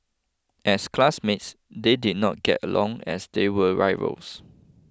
as classmates they did not get along as they were rivals